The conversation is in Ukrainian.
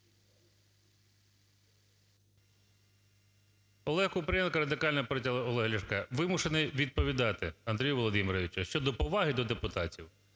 Олег Купрієнко, Радикальна партія Олега Ляшка. Вимушений відповідати, Андрій Володимирович, щодо поваги до депутатів.